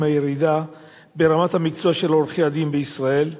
הירידה ברמת המקצוע של עורכי-הדין בישראל?